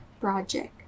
project